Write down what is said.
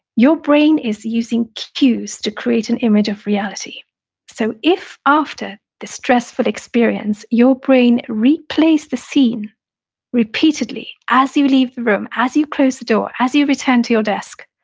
your brain is using cues to create an image of reality so if after the stressful experience, your brain replaced the scene repeatedly as you leave the room, as you close the door, as you returned to your desk,